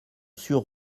sur